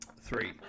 Three